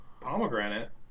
Pomegranate